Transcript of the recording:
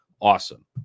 Awesome